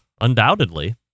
undoubtedly